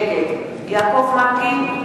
נגד יעקב מרגי,